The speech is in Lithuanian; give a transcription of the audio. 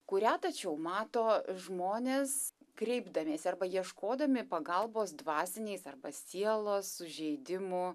kurią tačiau mato žmonės kreipdamiesi arba ieškodami pagalbos dvasiniais arba sielos sužeidimų